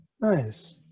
Nice